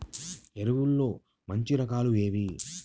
ఎరువుల్లో మంచి రకాలు ఏవి?